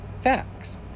facts